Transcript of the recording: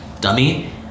dummy